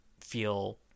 feel